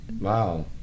Wow